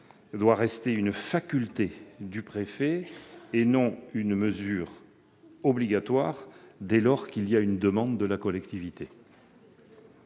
doit rester une faculté du préfet et non une mesure obligatoire, dès lors qu'il y a une demande de la collectivité.